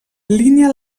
línia